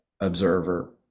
observer